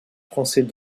français